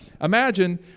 imagine